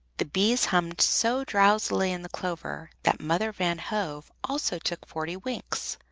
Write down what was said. the bees hummed so drowsily in the clover that mother van hove also took forty winks,